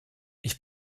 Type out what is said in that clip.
ich